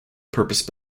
purpose